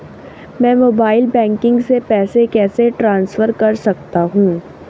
मैं mobile banking से पैसे कैसे ट्रांसफर कर सकता हूं?